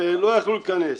לא יכלו להיכנס.